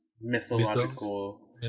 mythological